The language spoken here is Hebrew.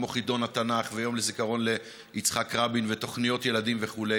כמו חידון התנ"ך ויום הזיכרון ליצחק רבין ותוכניות ילדים וכו'.